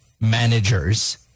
managers